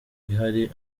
ihari